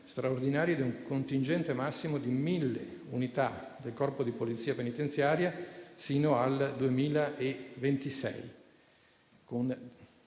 straordinaria di un contingente massimo di 1.000 unità del Corpo di polizia penitenziaria sino al 2026